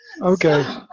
Okay